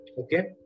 Okay